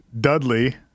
Dudley